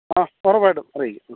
ആ ഉറപ്പായിട്ടും അറിയിക്കും ആ